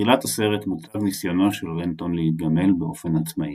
" בתחילת הסרט מוצג ניסיונו של רנטון להיגמל באופן עצמאי.